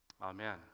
Amen